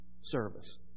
service